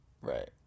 Right